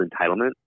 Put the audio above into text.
entitlement